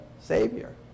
Savior